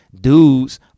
dudes